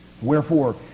Wherefore